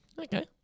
Okay